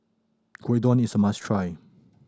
Gyudon is a must try